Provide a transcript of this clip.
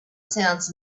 sounds